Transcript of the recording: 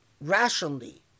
rationally